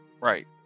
Right